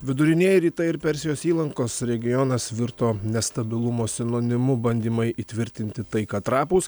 vidurinieji rytai ir persijos įlankos regionas virto nestabilumo sinonimu bandymai įtvirtinti taiką trapūs